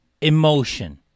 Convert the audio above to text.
emotion